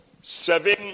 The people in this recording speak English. Seven